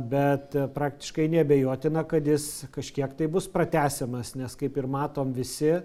bet praktiškai neabejotina kad jis kažkiek tai bus pratęsiamas nes kaip ir matom visi